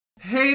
Hey